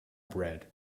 bread